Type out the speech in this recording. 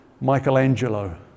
Michelangelo